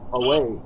away